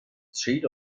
street